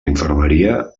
infermeria